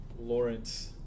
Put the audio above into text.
Lawrence